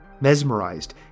Mesmerized